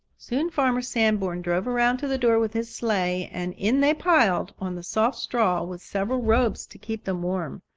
soon farmer sandborn drove around to the door with his sleigh and in they piled, on the soft straw, with several robes to keep them warm.